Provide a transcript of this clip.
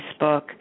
Facebook